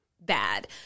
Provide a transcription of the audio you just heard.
bad